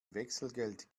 wechselgeld